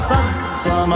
Santa